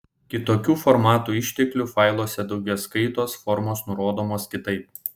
kitokių formatų išteklių failuose daugiskaitos formos nurodomos kitaip